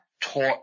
taught